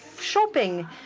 shopping